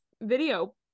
video